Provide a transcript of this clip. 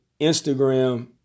Instagram